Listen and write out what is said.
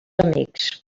amics